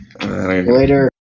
Later